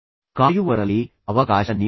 ಕಾಯುವವರಲ್ಲಿ ಅವಕಾಶ ನೀಡಬಹುದು